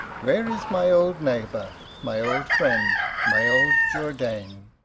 where is my old neighbour, my old friend, my old jourdain?